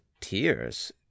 tears